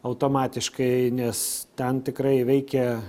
automatiškai nes ten tikrai veikia